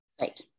right